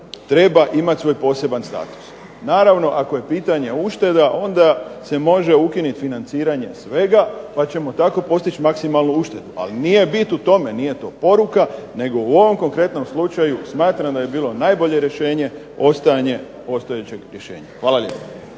treba imati svoj poseban status. Naravno ako je pitanje ušteda onda se može ukinuti financiranje svega, pa ćemo tako postići maksimalnu uštedu. Ali nije bit u tome, nije to poruka nego u ovom konkretnom slučaju smatram da bi bilo najbolje rješenje ostajanje postojećeg rješenja. Hvala lijepo.